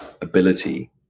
ability